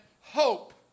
hope